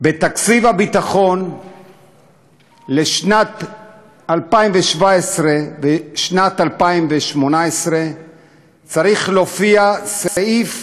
בתקציב הביטחון לשנת 2017 ושנת 2018 צריך להופיע סעיף